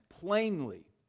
plainly